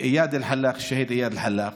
עם איאד אלחלאק, שהיד איאד אלחלאק,